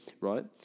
right